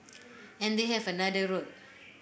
and they have another road